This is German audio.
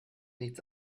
nichts